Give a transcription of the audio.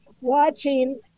watching